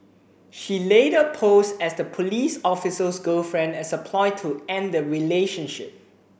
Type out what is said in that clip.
she later posed as the police officer's girlfriend as a ploy to end the relationship